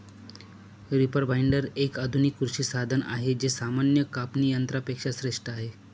reaper binder, एक आधुनिक कृषी साधन आहे जे सामान्य कापणी यंत्रा पेक्षा श्रेष्ठ आहे